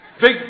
Big